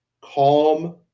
calm